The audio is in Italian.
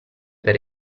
per